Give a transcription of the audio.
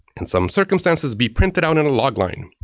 in some circumstances, be printed out in a logline.